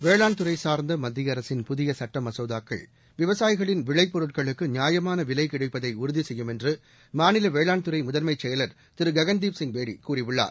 வேளாண் துறை சார்ந்த மத்திய அரசின் புதிய சுட்ட மசோதாக்கள் விவசாயிகளின் விளைபொருட்களுக்கு நியாயமான விலை கிடைப்பதை உறுதி செய்யும் என்று மாநில வேளாண்துறை முதன்மை செயலர் திரு ககன்தீப் சிங் பேடி கூறியுள்ளார்